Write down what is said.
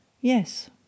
Yes